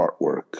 artwork